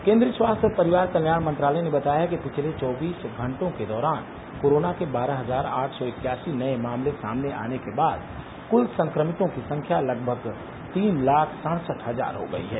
केन्द्रीय स्वास्थ्य और परिवार कल्याण मंत्रालय ने बताया है कि पिछले चौबीस घंटों के दौरान कोरोना के बारह हजार आठ सौ इक्यासी नए मामले सामने आने के बाद कूल संक्रमितों की संख्या लगभग तीन लाख सड़सठ हजार हो गई हैं